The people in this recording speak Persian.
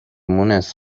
مونس